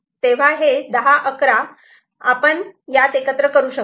तेव्हा हे 10 11 आपण यात एकत्र करू शकतो